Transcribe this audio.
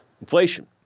inflation